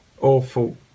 awful